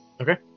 Okay